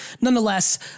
Nonetheless